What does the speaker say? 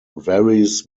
varies